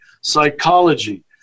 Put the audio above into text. psychology